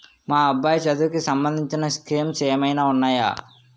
మా అబ్బాయి చదువుకి సంబందించిన స్కీమ్స్ ఏమైనా ఉన్నాయా?